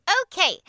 Okay